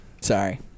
Sorry